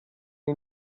iyi